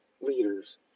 leaders